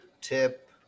tip